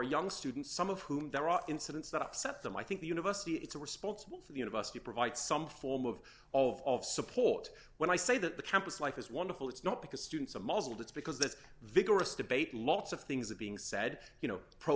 young students some of whom there are incidents that upset them i think the university it's a responsible for the university provide some form of all of support when i say that the campus life is wonderful it's not because students of muzzled it's because that's vigorous debate lots of things that being said you know pro